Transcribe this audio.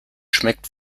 schmeckt